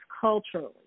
culturally